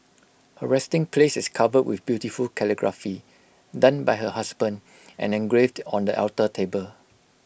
her resting place is covered with beautiful calligraphy done by her husband and engraved on the alter table